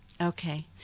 Okay